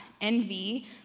envy